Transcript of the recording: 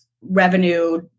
revenue